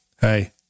Hey